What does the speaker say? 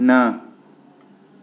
न